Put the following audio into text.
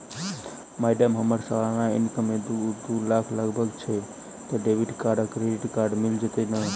Madam हम्मर सलाना income एक दु लाख लगभग छैय तऽ डेबिट कार्ड आ क्रेडिट कार्ड मिल जतैई नै?